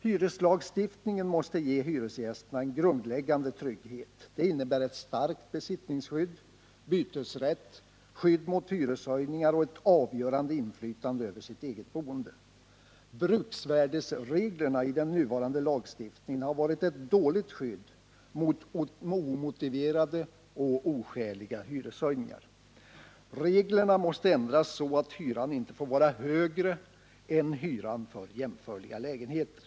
Hyreslagstiftningen måste ge hyresgästerna en grundläggande trygghet. Det innebär ett starkt besittningsskydd, bytesrätt, skydd mot hyreshöjningar och ett avgörande inflytande över det egna boendet. Bruksvärdesreglerna i den nuvarande lagstiftningen har varit ett dåligt skydd mot omotiverade och oskäliga hyreshöjningar. Reglerna måste ändras så att hyran inte får vara högre än hyran för jämförliga lägenheter.